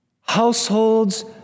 Households